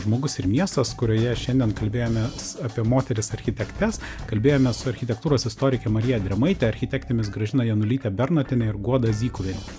žmogus ir miestas kurioje šiandien kalbėjomės apie moteris architektes kalbėjomės su architektūros istorike marija drėmaite architektėmis gražina janulyte bernotiene ir guoda zykuviene